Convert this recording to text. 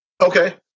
Okay